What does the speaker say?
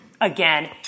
again